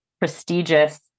prestigious